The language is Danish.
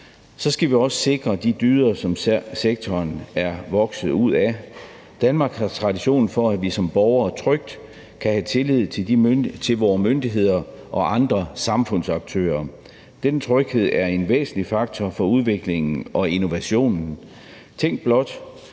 så skal vi også sikre de dyder, som sektoren er vokset ud af. I Danmark er der tradition for, at vi som borgere trygt kan have tillid til vore myndigheder og andre samfundsaktører. Den tryghed er en væsentlig faktor for udviklingen og innovationen. Tænk blot